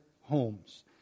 homes